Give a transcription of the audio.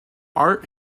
art